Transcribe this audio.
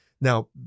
now